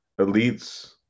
elites